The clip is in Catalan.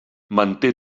manté